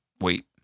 wait